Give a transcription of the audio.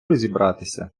розібратися